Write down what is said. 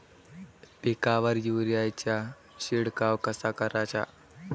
पिकावर युरीया चा शिडकाव कसा कराचा?